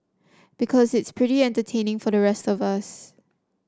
because it's pretty entertaining for the rest of us